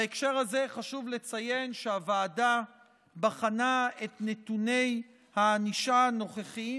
בהקשר הזה חשוב לציין שהוועדה בחנה את נתוני הענישה הנוכחיים